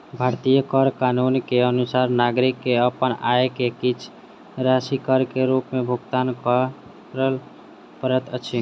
भारतीय कर कानून के अनुसार नागरिक के अपन आय के किछ राशि कर के रूप में भुगतान करअ पड़ैत अछि